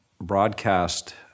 broadcast